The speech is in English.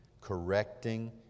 correcting